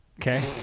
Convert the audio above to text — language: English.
okay